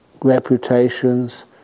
reputations